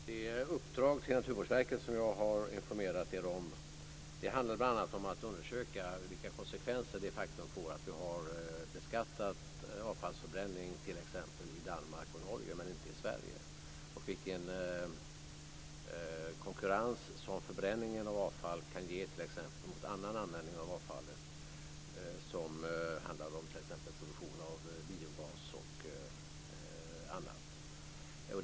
Fru talman! Det uppdrag till Naturvårdsverket som jag har informerat er om handlar bl.a. om att undersöka vilka konsekvenser som det de facto får att avfallsförbränning beskattas t.ex. i Danmark och Norge men inte i Sverige och vilken konkurrens som förbränning av avfall kan ge i förhållande till annan användning av avfallet, som t.ex. produktion av biogas.